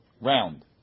round